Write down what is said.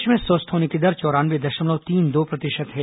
देश में स्वस्थ होने की दर चौरानये दशमलव तीन दो प्रतिशत है